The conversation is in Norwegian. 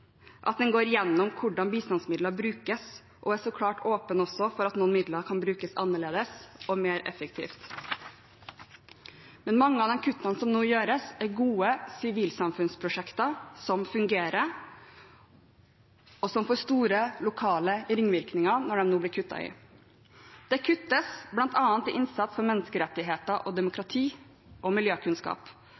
at en går gjennom hvordan bistandsmidler brukes, og vi er så klart åpne for at noen midler kan brukes annerledes og mer effektivt, men mange av de kuttene som nå gjøres, er gode sivilsamfunnsprosjekter som fungerer, og det får store lokale ringvirkninger når de nå blir kuttet i. Det kuttes bl.a. i innsats for menneskerettigheter, demokrati og miljøkunnskap.